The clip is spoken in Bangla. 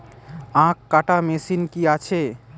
আখ কাটা মেশিন কি আছে?